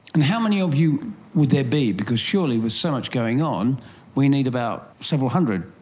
and how many of you would there be, because surely with so much going on we need about several hundred,